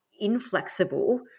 inflexible